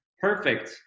perfect